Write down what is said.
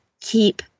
keep